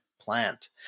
plant